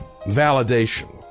validation